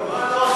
לא,